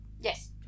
Yes